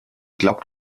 glaubt